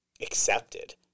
accepted